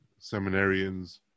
seminarians